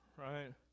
Right